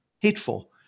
hateful